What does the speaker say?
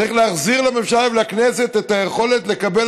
צריך להחזיר לממשלה ולכנסת את היכולת לקבל